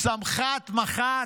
סמח"ט, מח"ט.